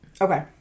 okay